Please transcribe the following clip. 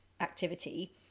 activity